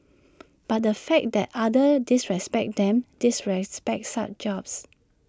but the fact that others disrespect them disrespect such jobs